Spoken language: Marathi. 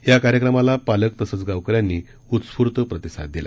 या कार्यक्रमाला पालक तसंच गावकऱ्यांनी उत्स्फूर्त प्रतिसाद दिला